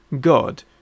God